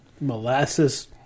Molasses